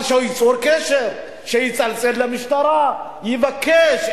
אבל שייצור קשר, שיצלצל למשטרה, יבקש.